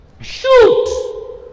Shoot